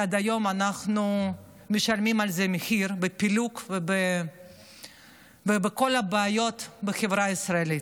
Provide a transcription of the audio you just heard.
ועד היום אנחנו משלמים על זה מחיר בפילוג ובכל הבעיות בחברה הישראלית.